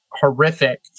horrific